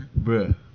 bruh